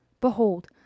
Behold